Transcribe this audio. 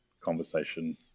conversation